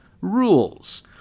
rules